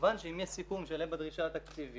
כמובן שאם יש סיכום שעולה בדרישה התקציבית,